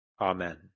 Amen